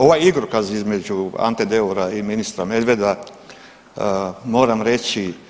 Ovaj igrokaz između Ante Deura i ministra Medveda moram reći…